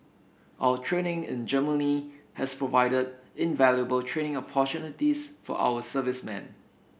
our training in Germany has provided invaluable training opportunities for our servicemen